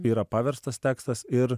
yra paverstas tekstas ir